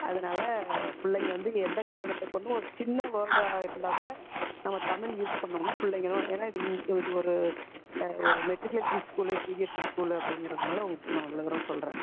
அதனால் பிள்ளைங்க வந்து எந்த காரணத்தை கொண்டும் ஒரு சின்ன வேர்டாக இருந்தால் கூட நம்ம தமிழ் யூஸ் பண்ணோம்னால் பிள்ளைங்களும் ஏன்னால் இது ஒரு ஒரு மெட்ரிகுலேசன் ஸ்கூலு சிபிஎஸ்சி ஸ்கூலு அப்படிங்கறதனால உங்களுக்கு நான் இவ்வளோ தூரம் சொல்கிறேன்